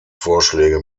vorschläge